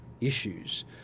issues